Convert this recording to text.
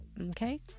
Okay